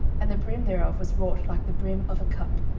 and the brim thereof was wrought like the brim of a cup,